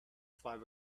five